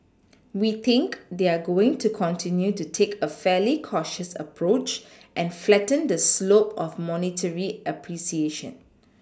we think they're going to continue to take a fairly cautious approach and flatten the slope of monetary appreciation